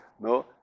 No